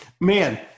man